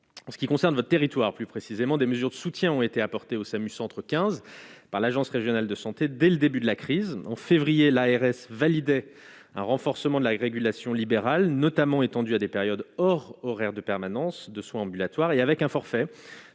en ce qui concerne votre territoire, plus précisément, des mesures de soutien ont été apportées au SAMU centre 15 par l'Agence Régionale de Santé dès le début de la crise en février, l'ARS validait un renforcement de la régulation libérale notamment étendu à des périodes hors horaires de permanence de soins ambulatoires et avec un forfait